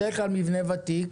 בדרך כלל מבנה ותיק,